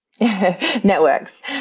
networks